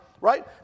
right